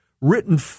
written